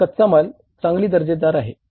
ते कच्चा माल चांगली दर्जेदार आहे